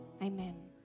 amen